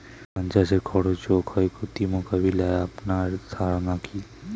ধান চাষের খরচ ও ক্ষয়ক্ষতি মোকাবিলায় আপনার ধারণা কী?